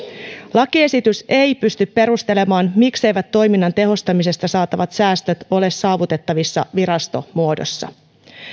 lakiesitys ei pysty perustelemaan mikseivät toiminnan tehostamisesta saatavat säästöt ole saavutettavissa virastomuodossa